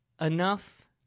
enough